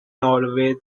norway